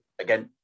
again